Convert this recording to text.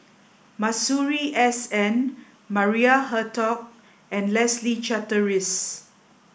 Masuri S N Maria Hertogh and Leslie Charteris